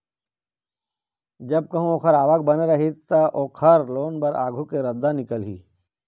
जब कहूँ ओखर आवक बने रही त, ओखर लोन बर आघु के रद्दा ह निकलही